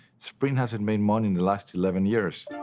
sprint hasn't made money in the last eleven years.